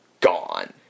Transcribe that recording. gone